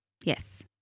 Yes